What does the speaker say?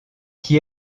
qui